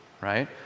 right